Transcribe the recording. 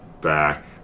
back